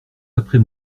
après